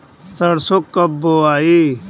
सरसो कब बोआई?